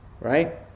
right